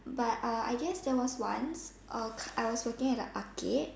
but uh I guess there was once uh I was working at the arcade